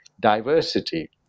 diversity